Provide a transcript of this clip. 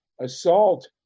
assault